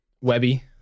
Webby